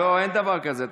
אין דבר כזה.